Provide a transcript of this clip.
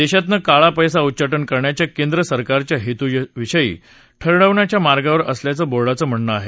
देशातनं काळा पैशाचं उच्चाटन करण्याच्या केंद्र सरकारचा हेतू यशस्वी ठरण्याच्या मार्गावर असल्याचं बोर्डाचं म्हणणं आहे